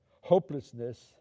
hopelessness